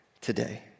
today